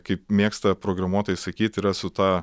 kaip mėgsta programuotojai sakyti yra su ta